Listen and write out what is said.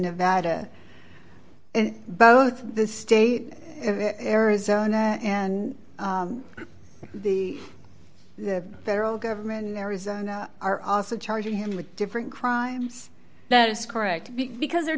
nevada and both the state of it arizona and the the federal government in arizona are also charging him with different crimes that is correct because there are